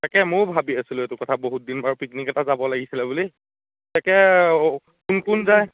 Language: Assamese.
তাকে মইয়ো ভাবি আছিলোঁ এইটো কথা বহুত দিন বাৰু পিকনিক এটা যাব লাগিছিলে বুলি তাকে অঁ কোন কোন যায়